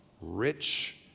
rich